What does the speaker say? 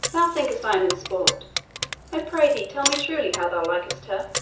thou thinkest i am in sport i pray thee tell me truly how thou likest her.